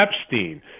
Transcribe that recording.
Epstein